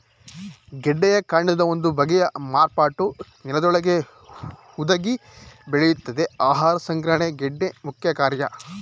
ಗೆಡ್ಡೆಯು ಕಾಂಡದ ಒಂದು ಬಗೆಯ ಮಾರ್ಪಾಟು ನೆಲದೊಳಗೇ ಹುದುಗಿ ಬೆಳೆಯುತ್ತದೆ ಆಹಾರ ಸಂಗ್ರಹಣೆ ಗೆಡ್ಡೆ ಮುಖ್ಯಕಾರ್ಯ